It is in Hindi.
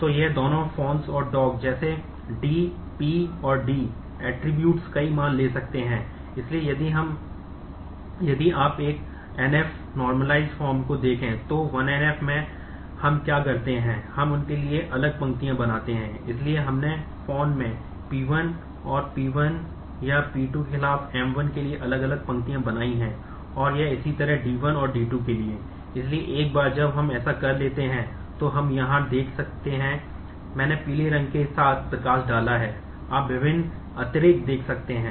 तो ये दोनों Phone और Dog जैसे D P और D ऐट्रिब्यूट्स देख सकते हैं जो उत्पन्न हो रहे हैं